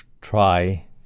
try